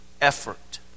effort